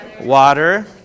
water